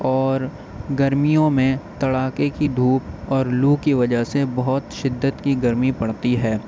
اور گرمیوں میں کڑاکے کی دھوپ اور لو کی وجہ سے بہت شدت کی گرمی پڑتی ہے